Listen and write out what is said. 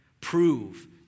prove